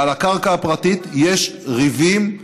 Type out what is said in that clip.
ועל הקרקע הפרטית יש ריבים,